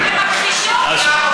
הן מכחישות.